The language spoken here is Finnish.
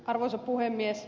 arvoisa puhemies